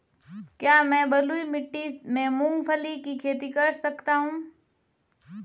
क्या मैं बलुई मिट्टी में मूंगफली की खेती कर सकता हूँ?